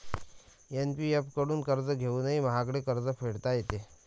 PPF कडून कर्ज घेऊनही महागडे कर्ज फेडता येते